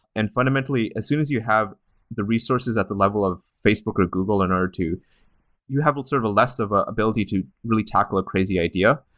and fundamentally, as soon as you have the resources at the level of facebook, or google, in order to you have sort of a less of ah ability to really tackle a crazy idea,